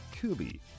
Kubi